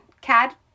Cad